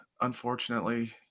unfortunately